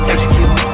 Execute